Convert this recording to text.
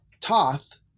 Toth